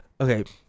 Okay